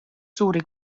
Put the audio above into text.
suuri